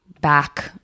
back